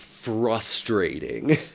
frustrating